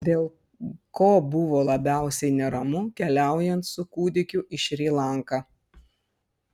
dėl ko buvo labiausiai neramu keliaujant su kūdikiu į šri lanką